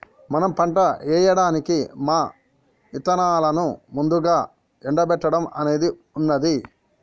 మనం పంట ఏయడానికి మా ఇత్తనాలను ముందుగా ఎండబెట్టడం అనేది ఉన్నది